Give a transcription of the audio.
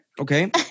okay